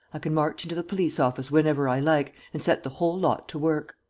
can march into the police-office whenever i like, and set the whole lot to work.